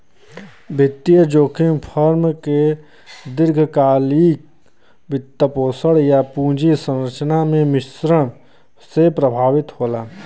वित्तीय जोखिम फर्म के दीर्घकालिक वित्तपोषण, या पूंजी संरचना के मिश्रण से प्रभावित होला